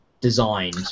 designed